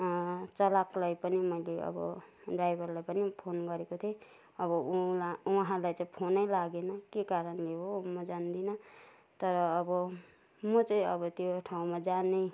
चलाकलाई पनि मैले अब ड्राइभरलाई पनि फोन गरेको थिएँ अब उहाँ उहाँलाई त फोनै लागेन के कारणले हो म जान्दिन तर अब म चाहिँ अब त्यो ठाउँमा जानै